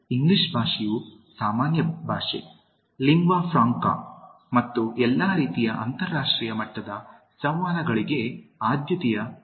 English ಭಾಷೆಯನ್ನು ಸಾಮಾನ್ಯ ಭಾಷೆ ಲಿಂಗ್ವಾ ಫ್ರಾಂಕಾ ಮತ್ತು ಎಲ್ಲಾ ರೀತಿಯ ಅಂತರರಾಷ್ಟ್ರೀಯ ಮಟ್ಟದ ಸಂವಹನಗಳಿಗೆ ಆದ್ಯತೆಯ ಮಾಧ್ಯಮವಾಗಿ ಬಳಸಲಾಗುತ್ತದೆ